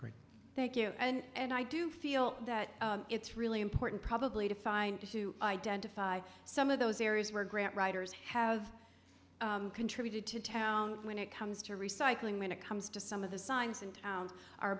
great thank you and i do feel that it's really important probably to find to identify some of those areas where grant writers have contributed to town when it comes to recycling when it comes to some of the signs in town